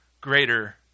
greater